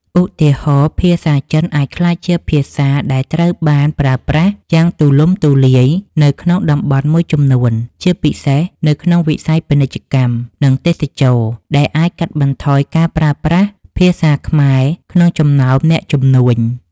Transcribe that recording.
ឧទាហរណ៍ ភាសាចិនអាចក្លាយជាភាសាដែលត្រូវបានប្រើប្រាស់យ៉ាងទូលំទូលាយនៅក្នុងតំបន់មួយចំនួន ជាពិសេសនៅក្នុងវិស័យពាណិជ្ជកម្ម និងទេសចរណ៍ ដែលអាចកាត់បន្ថយការប្រើប្រាស់ភាសាខ្មែរក្នុងចំណោមអ្នកជំនួញ។